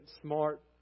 smart